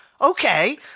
okay